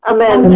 Amen